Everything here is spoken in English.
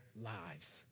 lives